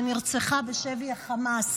שנרצחה בשבי החמאס: